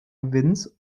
gewinns